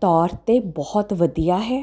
ਤੌਰ 'ਤੇ ਬਹੁਤ ਵਧੀਆ ਹੈ